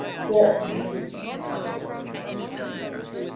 what ways will be better for us to get job openings?